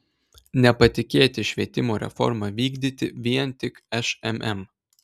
nepatikėti švietimo reformą vykdyti vien tik šmm